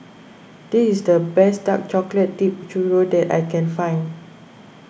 this is the best Dark Chocolate Dipped Churro that I can find